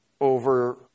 over